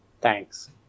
Thanks